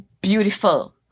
beautiful